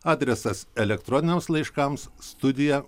adresas elektroniniams laiškams studija